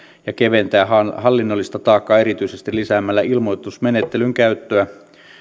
ja keventää hallinnollista taakkaa erityisesti lisäämällä ilmoitusmenettelyn käyttöä